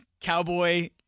cowboy